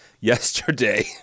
yesterday